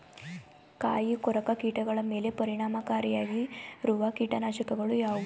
ಕಾಯಿಕೊರಕ ಕೀಟಗಳ ಮೇಲೆ ಪರಿಣಾಮಕಾರಿಯಾಗಿರುವ ಕೀಟನಾಶಗಳು ಯಾವುವು?